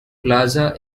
plaza